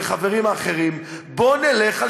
ולחברים האחרים: בוא נלך על